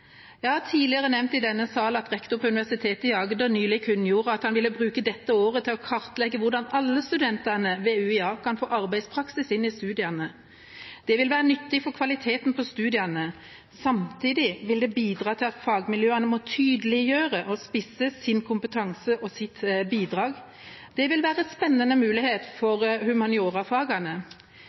Jeg har tidligere nevnt i denne sal at rektor på Universitetet i Agder nylig kunngjorde at han ville bruke dette året til å kartlegge hvordan alle studentene ved UiA kan få arbeidspraksis inn i studiene. Det vil være nyttig for kvaliteten på studiene. Samtidig vil det bidra til at fagmiljøene må tydeliggjøre og spisse sin kompetanse og sitt bidrag. Det vil være en spennende mulighet for